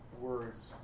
Words